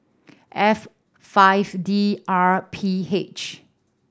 F five D R P H